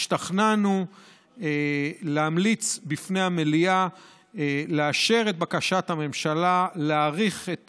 השתכנענו להמליץ בפני המליאה לאשר את בקשת הממשלה להאריך את